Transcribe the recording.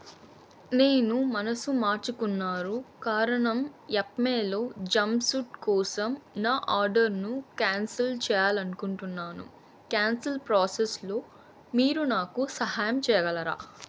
నేను మనసు మార్చుకున్నారు కారణం యెప్మేలో జంప్సూట్ కోసం నా ఆర్డర్ను క్యాన్సల్ చేయాలి అనుకుంటున్నాను క్యాన్సల్ ప్రోసెస్లో మీరు నాకు సహాయం చేయగలరా